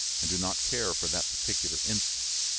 and do not care for that particular instance.